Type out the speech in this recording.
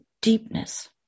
deepness